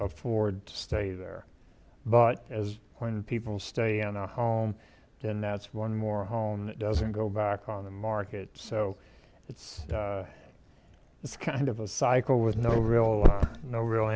afford to stay there but as when people stay in a home then that's one more home that doesn't go back on the market so it's it's kind of a cycle with no real no real